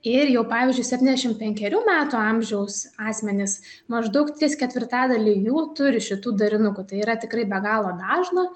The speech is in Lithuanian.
ir jau pavyzdžiui septyniasdešimt penkerių metų amžiaus asmenys maždaug trys ketvirtadaliai jų turi šitų derinukų tai yra tikrai be galo dažna